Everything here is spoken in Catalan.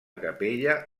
capella